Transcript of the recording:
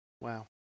Wow